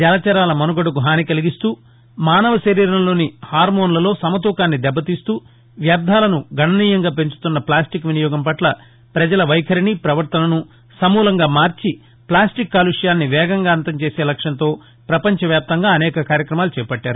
జలచరాల మనుగడకు హాని కలిగిస్తూ మానవ శరీరంలోని హార్మోన్లలో సమతూకాన్ని దెబ్బతీస్తూ వ్యర్థాలను గణనీయంగా పెంచుతున్న ఫ్లాస్టిక్ వినియోగం పట్ల పజల వైఖరిని ప్రవర్తనను సమూలంగా మార్చి ప్లాస్టిక్ కాలుష్యాన్ని వేగంగా అంతంచేసే లక్ష్యంతో పపంచవ్యాప్తంగా అనేక కార్యక్రమాలు చేపట్టారు